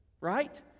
Right